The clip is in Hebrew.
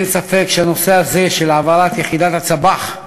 אין ספק שהנושא הזה של העברת יחידת הצב"ח,